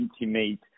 intimate